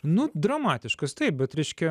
nu dramatiškas taip bet reiškia